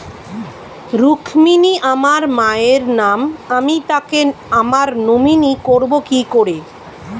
রুক্মিনী আমার মায়ের নাম আমি তাকে আমার নমিনি করবো কি করে?